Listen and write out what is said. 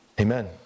Amen